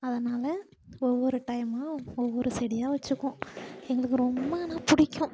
அதனாலே ஒவ்வொரு டைமாக ஒவ்வொரு செடியாக வச்சுக்குவோம் எங்களுக்கு ரொம்ப ஆனால் பிடிக்கும்